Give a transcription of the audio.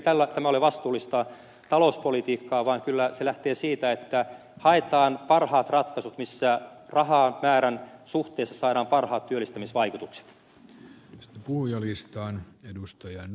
ei tämä ole vastuullista talouspolitiikkaa vaan kyllä se lähtee siitä että haetaan parhaat ratkaisut missä rahan määrän suhteessa saadaan parhaat työllistämisvaikutukset puhujalistaan edustajan